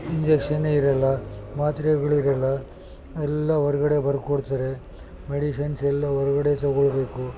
ಇಂಜೆಕ್ಷನ್ನೇ ಇರೋಲ್ಲ ಮಾತ್ರೆಗಳಿರೋಲ್ಲ ಎಲ್ಲ ಹೊರ್ಗಡೆ ಬರ್ಕೊಡ್ತಾರೆ ಮೆಡಿಸಿನ್ಸ್ ಎಲ್ಲ ಹೊರಗಡೆ ತಗೊಳ್ಬೇಕು